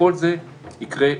כל זה יקרה בתקציב.